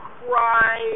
cry